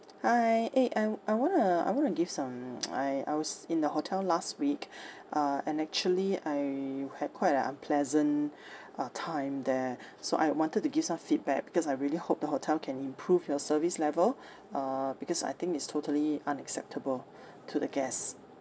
hi eh I I want to I want to give some I I was in the hotel last week uh and actually I had quite an unpleasant uh time there so I wanted to give some feedback because I really hope the hotel can improve your service level uh because I think it's totally unacceptable to the guests